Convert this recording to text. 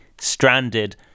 stranded